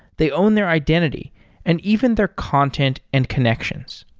they own their identity and even their content and connections.